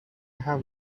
have